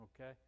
Okay